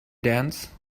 dance